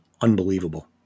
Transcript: unbelievable